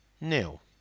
nil